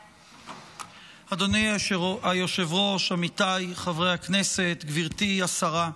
אדוני היושב-ראש, עמיתיי חברי הכנסת, גברתי השרה,